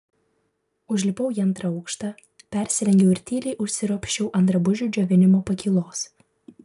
užlipau į antrą aukštą persirengiau ir tyliai užsiropščiau ant drabužių džiovinimo pakylos